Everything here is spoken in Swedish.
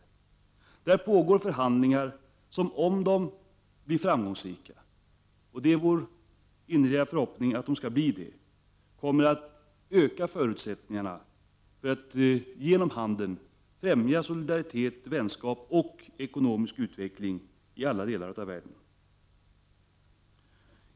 Inom GATT pågår förhandlingar som, om de blir framgångsrika, vilket är vår innerliga förhoppning, kommer att öka förutsättningarna för att genom handeln främja solidaritet, vänskap och ekonomisk utveckling i alla delar av världen.